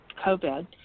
COVID